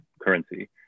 currency